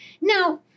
Now